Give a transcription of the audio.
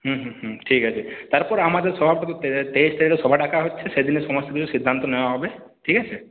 আছে তারপর আমাদের সভাটা তো তেইশ তারিখে সভা ডাকা হচ্ছে সেদিনে সমস্ত কিছু সিদ্ধান্ত নেওয়া হবে ঠিক আছে